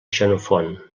xenofont